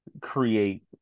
create